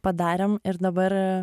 padarėm ir dabar